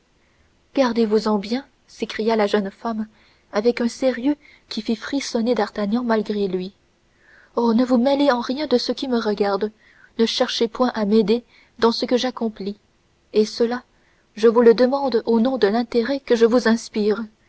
gardez-vous-en bien s'écria la jeune femme avec un sérieux qui fit frissonner d'artagnan malgré lui oh ne vous mêlez en rien de ce qui me regarde ne cherchez point à m'aider dans ce que j'accomplis et cela je vous le demande au nom de l'intérêt que je vous inspire